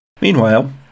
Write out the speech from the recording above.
Meanwhile